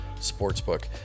sportsbook